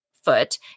foot